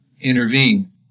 intervene